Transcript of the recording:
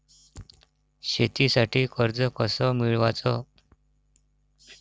शेतीसाठी कर्ज कस मिळवाच?